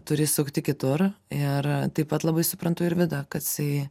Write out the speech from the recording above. turi sukti kitur ir taip pat labai suprantu ir vidą kad jisai